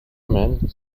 man